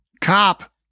Cop